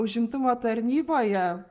užimtumo tarnyboje